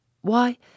Why